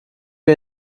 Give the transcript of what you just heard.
wir